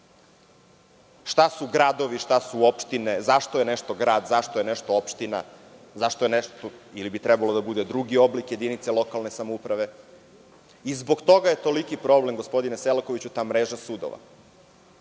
šta su gradovi, šta su opštine, zašto je nešto grad, zašto je nešto opština, zašto je nešto, ili bi trebalo da bude drugi oblik jedinice lokalne samouprave, i zbog toga je toliki problem, gospodine Selakoviću, ta mreža sudova,